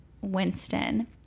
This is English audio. Winston